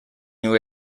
you